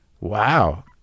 Wow